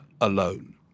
alone